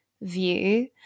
view